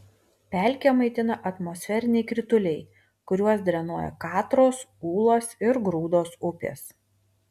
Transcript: pelkę maitina atmosferiniai krituliai kuriuos drenuoja katros ūlos ir grūdos upės